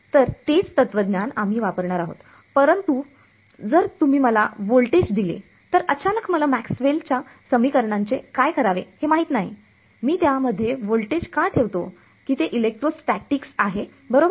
तर तेच तत्वज्ञान आम्ही वापरणार आहोत परंतु जर तुम्ही मला व्होल्टेज दिले तर अचानक मला मॅक्सवेलच्या समीकरणांचेMaxwell's equations काय करावे हे माहित नाही मी त्यामध्ये व्होल्टेज का ठेवतो की ते इलेक्ट्रोस्टॅटीक्स आहे बरोबर